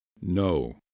no